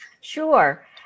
Sure